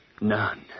None